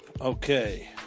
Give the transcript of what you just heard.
Okay